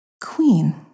Queen